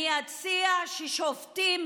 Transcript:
אני אציע שהשופטים,